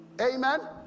Amen